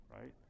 right